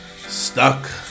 Stuck